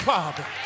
Father